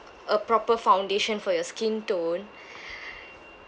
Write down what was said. a proper foundation for your skin tone